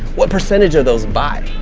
what percentage of those buy?